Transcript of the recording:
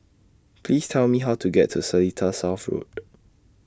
Please Tell Me How to get to Seletar South Road